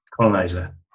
colonizer